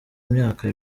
myaka